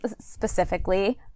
specifically